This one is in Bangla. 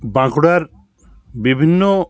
বাঁকুড়ার বিভিন্ন